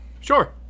sure